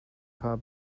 paar